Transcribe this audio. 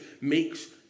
makes